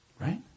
Right